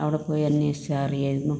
അവിടെ പോയി അന്വേഷിച്ചാൽ അറിയാമായിരുന്നു